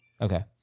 Okay